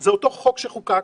זה אותו חוק שחוקק,